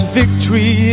victory